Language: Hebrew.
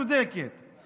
הצודקת כל כך.